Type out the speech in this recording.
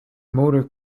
motor